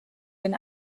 den